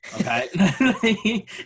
okay